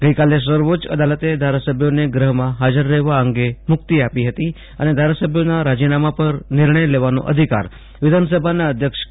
ગઈકાલે સર્વોચ્ચ અદાલતે ધારસભ્યોને ગૃહમાં હાજર રહેલા અંગે મુક્તી આપી હતી અને ધારાસભ્યોના રાજીનામા પર નિર્ણય લેવાનો અધિકાર વિધાનસભાના અધ્યક્ષ કે